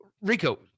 Rico